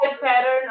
pattern